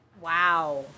wow